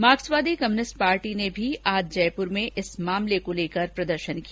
मार्म्सवादी communist party ने भी आज जयपुर में इस मामले को लेकरप्रदर्शन किया